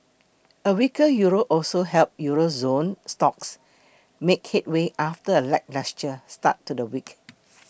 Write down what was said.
a weaker Euro also helped Euro zone stocks make headway after a lacklustre start to the week